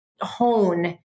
hone